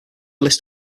list